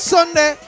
Sunday